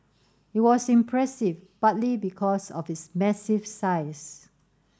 it was impressive partly because of its massive size